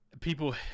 People